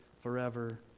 forever